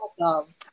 Awesome